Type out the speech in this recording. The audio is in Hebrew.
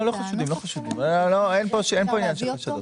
לא חשודים, אין פה עניין של חשדות.